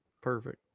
Perfect